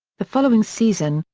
the following season,